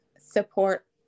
support